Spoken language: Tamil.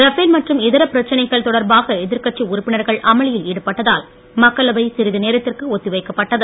ரபேல் மற்றும் இதர பிரச்னைகள் தொடர்பாக எதிர்க்கட்சி உறுப்பினர்கள் அமளியில் ஈடுபட்டதால் மக்களவை சிறிது நேரத்திற்கு ஒத்திவைக்கப்பட்டது